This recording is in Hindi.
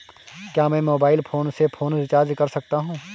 क्या मैं मोबाइल फोन से फोन रिचार्ज कर सकता हूं?